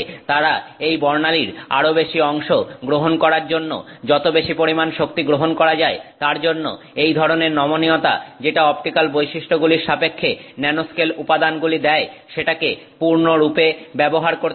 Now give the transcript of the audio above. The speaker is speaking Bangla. তারা এই বর্ণালীর আরো বেশি অংশ গ্রহণ করার জন্য যত বেশি পরিমাণ শক্তি গ্রহণ করা যায় তার জন্য এই ধরনের নমনীয়তা যেটা অপটিক্যাল বৈশিষ্ট্যগুলির সাপেক্ষে ন্যানোস্কেল উপাদানগুলি দেয় সেটাকে পূর্ণরূপে ব্যবহার করতে চায়